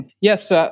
Yes